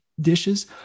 dishes